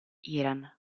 iran